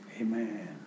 Amen